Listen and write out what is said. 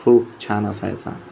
खूप छान असायचा